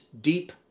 deep